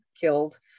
killed